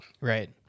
Right